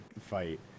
fight